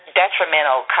detrimental